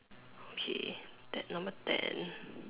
okay that number ten